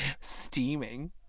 steaming